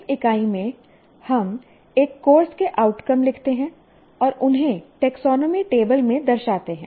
इस इकाई में हम एक कोर्स के आउटकम लिखते हैं और उन्हें टेक्सोनोमी टेबल में दर्शाते हैं